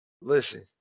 listen